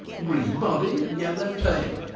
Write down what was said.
green body and yellow tail,